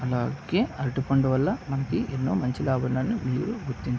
అరటిపండి వల్ల మనకు ఎన్నో మంచి లాభాలను నేను గుర్తించాను